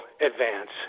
advance